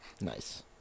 Nice